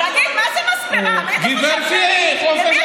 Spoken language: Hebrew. תגיד, מה זה מספרה?